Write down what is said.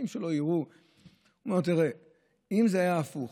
הוא אמר לו: אם זה היה הפוך,